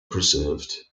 preserved